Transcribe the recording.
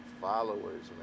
followers